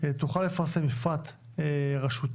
תוכל לפרסם מפרט רשותי,